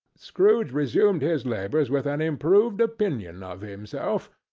scrooge resumed his labours with an improved opinion of himself,